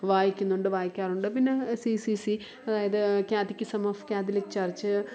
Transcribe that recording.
വായിക്കുന്നുണ്ട് വായിക്കാറുണ്ട് പിന്നെ സീ സീ സീ ഇത് കാത്തിക്കിസമോഫ് ഓഫ് കാതലിക് ചർച്ച്